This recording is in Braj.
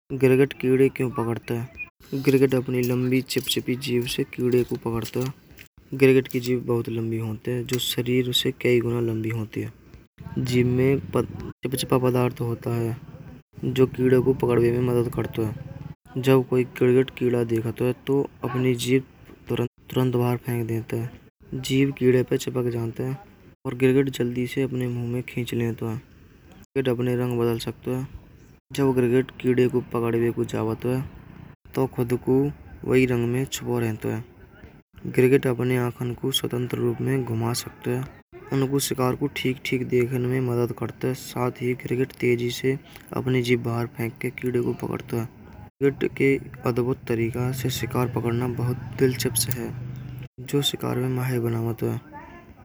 गिरगिट कीड़े क्यों पकड़ते हैं। गिरगिट अपनी लंबी चिपचिपी जीभ से कीड़े को पकड़ते हैं। गिरगिट की जीभ बहुत लंबी होती हैं। जो शरीर से कई गुना लंबी होती हैं। जीभ में चिप चिपा पदार्थ होतु है। जो कीड़े को पकड़ने में मदद करता है। जब कोई गिरगिट कीड़ा देखता है। तो अपने जीभ तुरंत बाहर फेंक देते हैं। जीभ कीड़े पे चिपक जात हैं। और गिरगिट जल्दी से अपने मुँह में खींच लेते हैं। फिर अपने रंग बदल सकते हैं। जो गिरगिट कीड़े को पकड़के कुछ आवत है। तो खुद को वही रंग में चोर होतु है। गिरगिट अपने आपको स्वतंत्र रूप में घुमा सकते हैं। उनको शिकार को ठीक-ठीक देखने में मदद करते हैं। साथ ही गिरगिट तेजी से अपनी जीभ बाहर फेंक के कीड़े को पकड़ते हैं। गिरगिट के अद्भुत तारीका से शिकार पकड़ना बहुत दिलचस्प होतु है। जो शिकार में माहिर बनावत है।